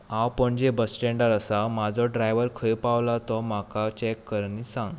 हांव पणजे बस स्टँडार आसा म्हजो ड्रायव्हर खंय पावला तो म्हाका चॅक कर आनी सांग